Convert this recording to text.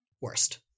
Worst